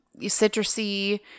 citrusy